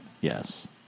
Yes